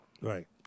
Right